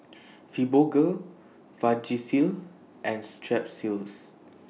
Fibogel Vagisil and Strepsils